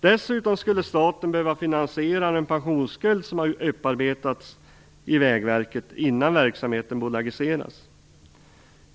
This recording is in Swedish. Dessutom skulle staten behöva finansiera den pensionsskuld som har uppstått i verket innan verksamheten bolagiseras.